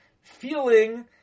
feeling